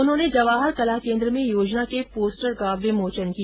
उन्होंने जवाहर कला केन्द्र में योजना के पोस्टर कॉ विमोचन किया